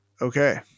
Okay